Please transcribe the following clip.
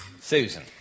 Susan